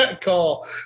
call